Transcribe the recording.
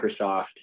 Microsoft